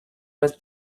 was